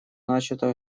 начато